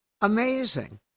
amazing